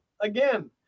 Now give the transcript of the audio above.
again